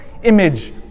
image